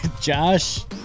Josh